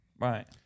Right